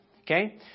Okay